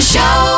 Show